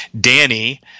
Danny